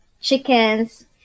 chickens